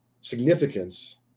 significance